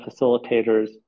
facilitators